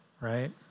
right